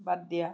বাদ দিয়া